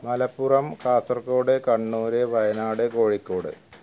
Malappuram Kasaragod Kannur Wayanad Kozhikode